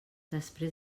després